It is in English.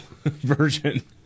version